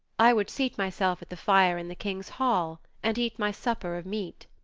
i would seat myself at the fire in the king's hall and eat my supper of meat.